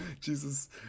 Jesus